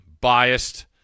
biased